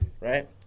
right